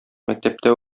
мәктәптә